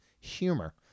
humor